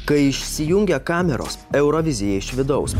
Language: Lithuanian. kai išsijungia kameros eurovizija iš vidaus